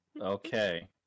Okay